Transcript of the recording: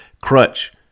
crutch